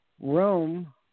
room